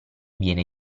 viene